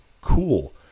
Cool